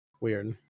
Weird